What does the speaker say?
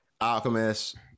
Alchemist